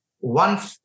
One